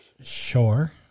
Sure